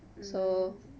mm